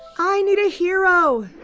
i need a hero!